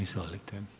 Izvolite.